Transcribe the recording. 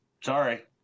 Sorry